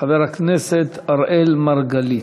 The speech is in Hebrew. חבר הכנסת אראל מרגלית.